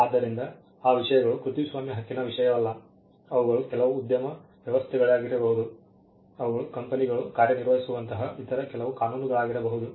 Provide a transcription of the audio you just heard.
ಆದ್ದರಿಂದ ಆ ವಿಷಯಗಳು ಕೃತಿಸ್ವಾಮ್ಯ ಹಕ್ಕಿನ ವಿಷಯವಲ್ಲ ಅವುಗಳು ಕೆಲವು ಉದ್ಯಮ ವ್ಯವಸ್ಥೆಗಳಾಗಿರಬಹುದು ಅವುಗಳು ಕಂಪೆನಿಗಳು ಕಾರ್ಯನಿರ್ವಹಿಸುವಂತಹ ಇತರ ಕೆಲವು ಕಾನೂನುಗಳಾಗಿರಬಹುದು